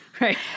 Right